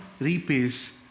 repays